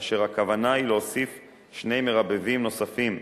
כאשר הכוונה היא להוסיף שני מרבבים נוספים,